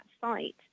site